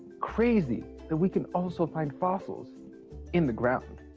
crazy that we can also find fossils in the ground.